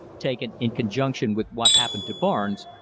taken in conjunction with what happened to barnes,